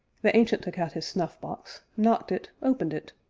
the ancient took out his snuff-box, knocked it, opened it,